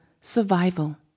survival